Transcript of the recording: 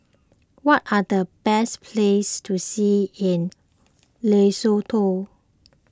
what are the best places to see in Lesotho